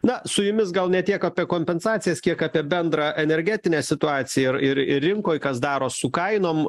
na su jumis gal ne tiek apie kompensacijas kiek apie bendrą energetinę situaciją ir ir ir rinkoj kas daros su kainom